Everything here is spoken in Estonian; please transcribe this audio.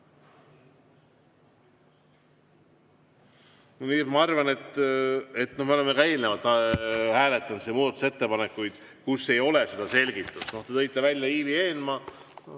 Ma arvan, et me oleme ka eelnevalt hääletanud muudatusettepanekuid, kus ei ole seda selgitust. Te tõite välja Ivi Eenmaa.